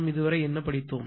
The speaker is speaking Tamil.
நாம் என்ன படித்தோம்